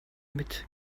mit